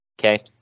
Okay